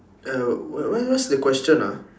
err w~ what what's the question ah